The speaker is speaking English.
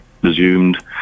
presumed